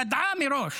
ידעה מראש